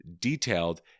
detailed